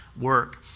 work